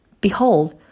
Behold